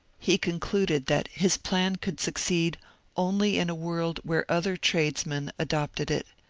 he concluded that his plan could succeed only in a world where other tradesmen adopted it,